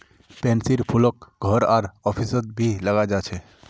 पैन्सीर फूलक घर आर ऑफिसत भी लगा छे